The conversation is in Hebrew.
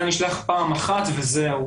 זה היה נשלח פעם אחת וזהו.